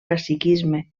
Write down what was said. caciquisme